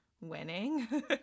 winning